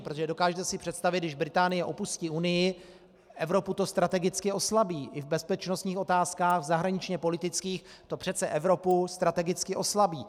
Protože dokážete si představit, když Británie opustí unii, Evropu to strategicky oslabí i v bezpečnostních otázkách, v zahraničněpolitických to přece Evropu strategicky oslabí.